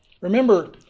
Remember